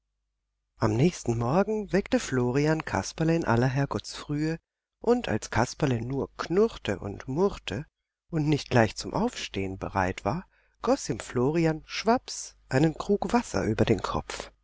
am nächsten morgen weckte florian kasperle in aller herrgottsfrühe und als kasperle nur knurrte und murrte und nicht gleich zum aufstehen bereit war goß ihm florian schwapps einen krug wasser über den kopf